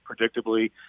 predictably